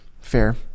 fair